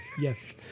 Yes